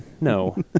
No